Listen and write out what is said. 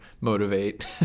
Motivate